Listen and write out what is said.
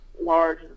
large